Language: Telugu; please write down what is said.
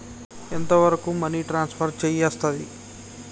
ఎంత వరకు మనీ ట్రాన్స్ఫర్ చేయస్తది?